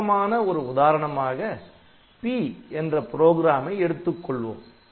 வழக்கமான ஒரு உதாரணமாக P என்ற புரோகிராமை எடுத்துக் கொள்வோம்